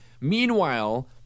Meanwhile